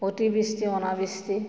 অতিবৃষ্টি অনাবৃষ্টি